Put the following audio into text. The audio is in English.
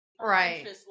right